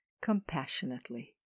compassionately